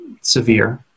severe